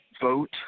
vote